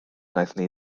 wnaethon